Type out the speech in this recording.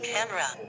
Camera